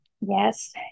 Yes